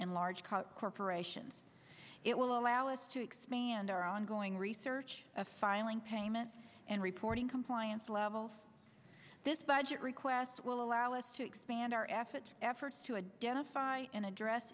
in large corporations it will allow us to expand our ongoing research of filing payment and reporting compliance levels this budget request will allow us to expand our efforts efforts to a dentist in address